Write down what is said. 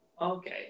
okay